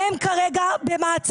אין כרגע.